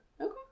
Okay